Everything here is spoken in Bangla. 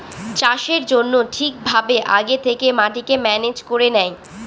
চাষের জন্য ঠিক ভাবে আগে থেকে মাটিকে ম্যানেজ করে নেয়